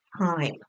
time